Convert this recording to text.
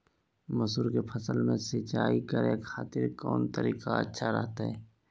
मसूर के फसल में सिंचाई करे खातिर कौन तरीका अच्छा रहतय?